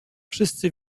wszyscy